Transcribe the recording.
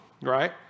right